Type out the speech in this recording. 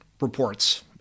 reports